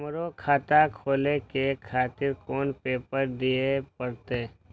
हमरो खाता खोले के खातिर कोन पेपर दीये परतें?